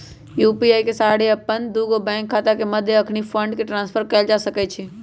UPI के सहारे अप्पन दुगो बैंक खता के मध्य अखनी फंड के ट्रांसफर कएल जा सकैछइ